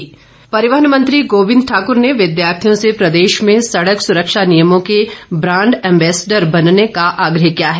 गोविंद ठाकुर परिवहन मंत्री गोविंद ठाकुर ने विद्यार्थियों से प्रदेश में सड़क सुरक्षा नियमों के ब्रांड एम्बेसडर बनने का आग्रह किया है